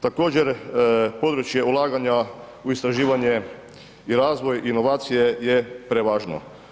Također područje ulaganja u istraživanje i razvoj inovacije je prevažno.